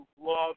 love